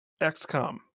XCOM